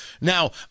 Now